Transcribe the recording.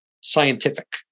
scientific